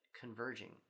converging